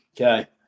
Okay